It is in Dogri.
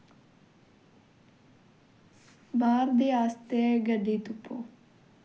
बाह्र दे आस्तै गड्डी तुप्पो